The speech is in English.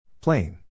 Plain